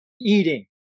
eating